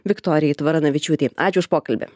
viktorijai tvaranavičiūtė ačiū už pokalbį